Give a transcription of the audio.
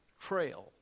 trail